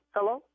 Hello